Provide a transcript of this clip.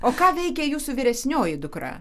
o ką veikia jūsų vyresnioji dukra